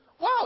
Wow